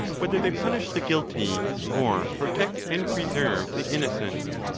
whether they punish the guilty or protect and preserve the innocent.